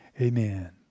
amen